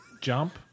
jump